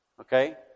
Okay